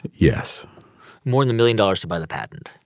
yes more than a million dollars to buy the patent?